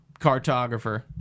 cartographer